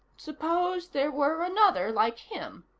suppose there were another like him.